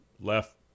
left